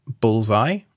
Bullseye